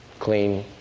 clean,